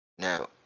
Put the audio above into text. Now